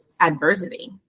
adversity